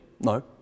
No